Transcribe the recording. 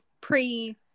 pre-